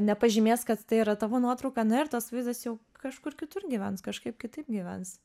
nepažymės kad tai yra tavo nuotrauka na ir tas vaizdas jau kažkur kitur gyvens kažkaip kitaip gyvens